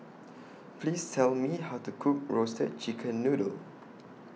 Please Tell Me How to Cook Roasted Chicken Noodle